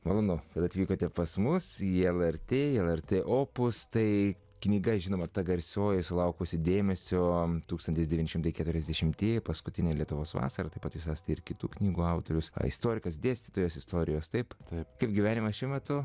malonu kad atvykote pas mus siela artėja lrt opus tai knyga žinoma ta garsioji sulaukusi dėmesio tūkstantis devyni šimtai keturiasdešimtieji paskutiniai lietuvos vasara taip pat visas tai ir kitų knygų autorius a istorikas dėstytojas istorijos taip taip kaip gyvenimas šiuo metu